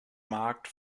markt